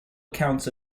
accounts